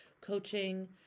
coaching